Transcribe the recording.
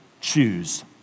choose